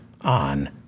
on